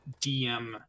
dm